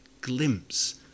glimpse